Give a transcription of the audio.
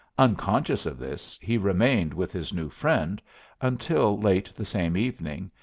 unconscious of this, he remained with his new friend until late the same evening,